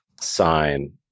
sign